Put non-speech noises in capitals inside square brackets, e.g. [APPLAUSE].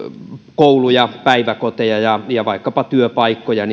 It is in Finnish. kouluja päiväkoteja ja ja vaikkapa työpaikkoja [UNINTELLIGIBLE]